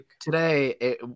today